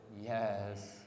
yes